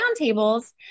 roundtables